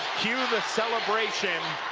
cue the celebration